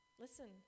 Listen